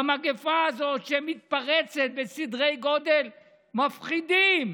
במגפה הזאת, שמתפרצת בסדרי גודל מפחידים.